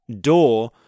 door